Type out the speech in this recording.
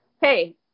hey